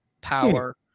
power